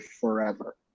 forever